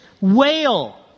Wail